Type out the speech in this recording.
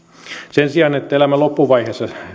sen sijaan että elämän loppuvaiheessa